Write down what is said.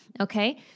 okay